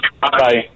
bye